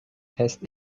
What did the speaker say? test